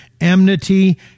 enmity